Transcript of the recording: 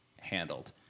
handled